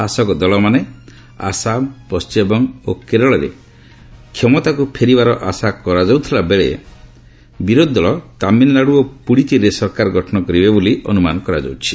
ଶାସକ ଦଳମାନେ ଆସାମ ପଶ୍ଚିମବଙ୍ଗ ଓ କେରଳରେ କ୍ଷମତାକୁ ଫେରିବାର ଆଶା କରାଯାଉଥିବା ବେଳେ ବିରୋଧୀ ଦଳ ତାମିଲନାଡ଼ୁ ଓ ପୁଡ଼ୁଚେରୀରେ ସରକାର ଗଠନ କରିବେ ବୋଲି ଅନୁମାନ କରାଯାଉଛି